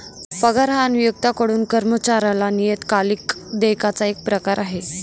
पगार हा नियोक्त्याकडून कर्मचाऱ्याला नियतकालिक देयकाचा एक प्रकार आहे